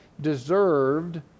deserved